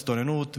הסתננויות,